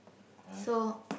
why